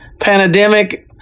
pandemic